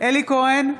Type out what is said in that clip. אלי כהן,